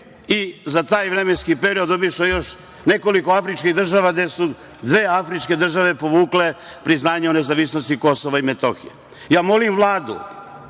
i za taj vremenski period obišla još nekoliko afričkih država, gde su dve afričke države povukle priznanje o nezavisnosti Kosova i Metohije. Ja molim Vladu